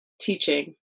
teaching